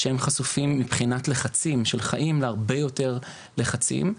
שהם חשופים מבחינת לחצים של חיים להרבה יותר לחצים.